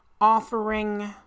offering